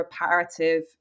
reparative